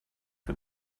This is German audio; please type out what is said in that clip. für